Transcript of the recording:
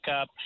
up